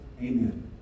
Amen